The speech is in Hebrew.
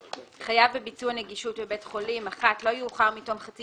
חייב בביצוע נגישות בבית חולים לא יאוחר מתום חצי